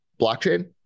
blockchain